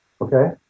okay